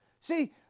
See